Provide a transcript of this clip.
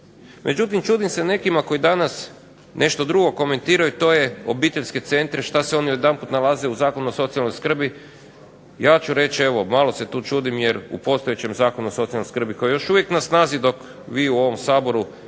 Međutim, čudim se nekima koji danas nešto drugo komentiraju to je obiteljske centre, što se oni odjedanput nalaze Zakonu o socijalnoj skrbi. Ja ću reći evo malo se tu čudim jer u postojećem Zakonu o socijalnoj skrbi koji je još uvijek na snazi dok vi u ovom Saboru